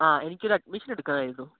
ആ എനിക്കൊരു അഡ്മിഷൻ എടുക്കണമായിരുന്നു